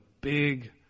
big